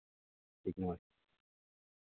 ठीक नमस्ते